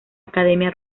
academia